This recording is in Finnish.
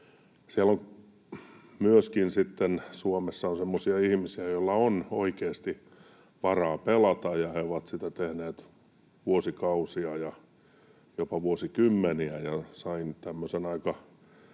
Suomessa on myös semmoisia ihmisiä, joilla on oikeasti varaa pelata, ja he ovat sitä tehneet vuosikausia ja jopa vuosikymmeniä.